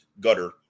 gutter